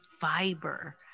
fiber